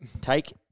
Take